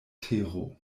tero